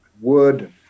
wood